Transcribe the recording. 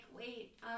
wait